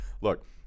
Look